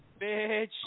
Bitch